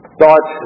thought